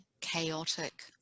chaotic